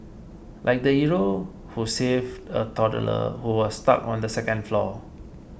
like the hero who saved a toddler who was stuck on the second floor